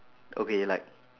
okay like